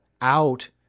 out